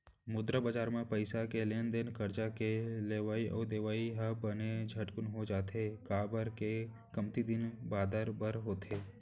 मुद्रा बजार म पइसा के लेन देन करजा के लेवई अउ देवई ह बने झटकून हो जाथे, काबर के कमती दिन बादर बर होथे